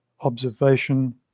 observation